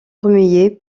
remuer